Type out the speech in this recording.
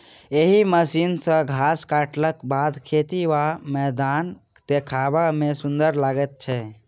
एहि मशीन सॅ घास काटलाक बाद खेत वा मैदान देखबा मे सुंदर लागैत छै